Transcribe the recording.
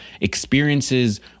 experiences